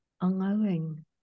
allowing